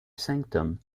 sanctum